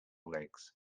legs